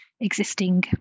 existing